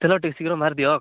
ତେଲ ଟିକେ ଶୀଘ୍ର ମାରିଦିଅ